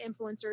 influencers